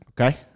Okay